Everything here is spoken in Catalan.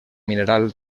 mineral